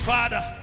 Father